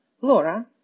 Laura